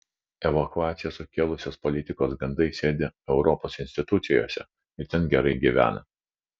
evakuaciją sukėlusios politikos grandai sėdi europos institucijose ir ten gerai gyvena